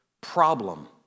problem